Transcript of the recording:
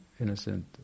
innocent